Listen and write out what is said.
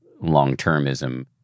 long-termism